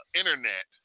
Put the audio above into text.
internet